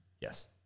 Yes